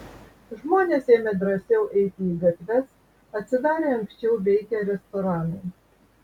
žmonės ėmė drąsiau eiti į gatves atsidarė anksčiau veikę restoranai